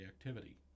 activity